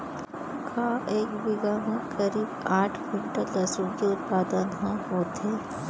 का एक बीघा म करीब आठ क्विंटल लहसुन के उत्पादन ह होथे?